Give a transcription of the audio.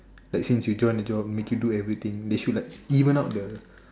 let's say if you join the job make you do everything they should like even out the